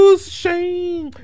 shame